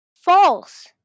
False